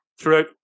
throughout